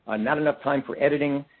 ah not enough time for editing.